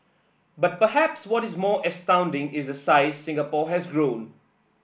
but perhaps what is more astounding is the size Singapore has grown